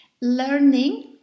learning